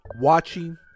Watching